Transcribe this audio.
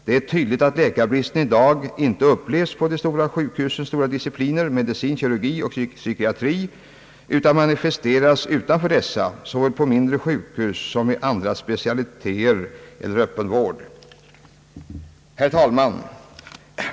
Det är tydligt att läkarbristen i dag inte upplevs på de stora sjukhu sens stora discipliner, medicin, kirurgi och psykiatri, utan manifesteras utanför dessa, såväl på mindre sjukhus som i andra specialiteter eller öppen vård.» Herr talman!